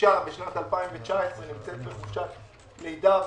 אשה בשנת 2019 נמצאת בחופשת לידה,